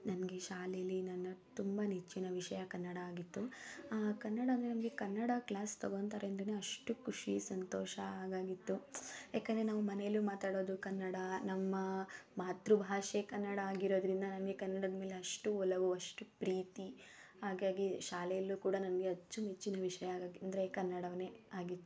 ನನಗೆ ಶಾಲೆಲಿ ನನ್ನ ತುಂಬ ನೆಚ್ಚಿನ ವಿಷಯ ಕನ್ನಡ ಆಗಿತ್ತು ಕನ್ನಡ ಅಂದರೆ ನಮಗೆ ಕನ್ನಡ ಕ್ಲಾಸ್ ತಗೊಳ್ತಾರೆ ಅಂದರೇನೆ ಅಷ್ಟು ಖುಷಿ ಸಂತೋಷ ಹಾಗಾಗಿತ್ತು ಯಾಕೆಂದರೆ ನಾವು ಮನೆಯಲ್ಲೂ ಮಾತಾಡೋದು ಕನ್ನಡ ನಮ್ಮ ಮಾತೃಭಾಷೆ ಕನ್ನಡ ಆಗಿರೋದರಿಂದ ನಮಗೆ ಕನ್ನಡದ ಮೇಲೆ ಅಷ್ಟು ಒಲವು ಅಷ್ಟು ಪ್ರೀತಿ ಹಾಗಾಗಿ ಶಾಲೆಲೂ ಕೂಡ ನನಗೆ ಅಚ್ಚು ಮೆಚ್ಚಿನ ವಿಷಯ ಹಾಗಾಗಿ ಅಂದರೆ ಕನ್ನಡವನ್ನೇ ಆಗಿತ್ತು